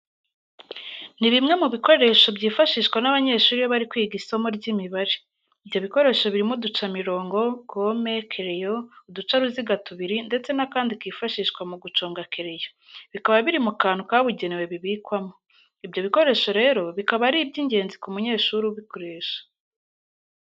Ni bimwe mu bikoresho byifashishwa n'abanyeshuri iyo bari kwiga isimo ry'Imibare. Ibyo bikoresho birimo uducamirongo, gome, kereyo, uducaruziga tubiri ndetse n'akandi kifashishwa mu guconga kereyo, bikaba biri mu kantu kabugenewe bibikwamo. Ibyo bikoresho rero bikaba ari iby'ingenzi ku munyeshuri ubukoresha.